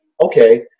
okay